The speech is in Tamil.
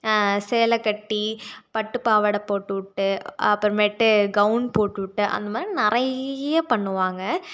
சேலை கட்டி பட்டு பாவடை போட்டு விட்டு அப்பறமேட்டு கவுன் போட்டு விட்டு அந்தமாதிரி நிறைய பண்ணுவாங்க